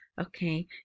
Okay